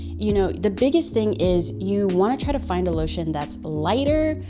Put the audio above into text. you know the biggest thing is you want to try to find a lotion that's lighter,